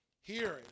hearing